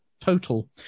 total